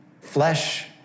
Flesh